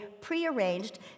prearranged